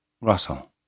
Russell